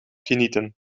genieten